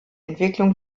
entwicklung